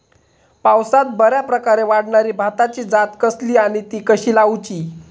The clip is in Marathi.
पावसात बऱ्याप्रकारे वाढणारी भाताची जात कसली आणि ती कशी लाऊची?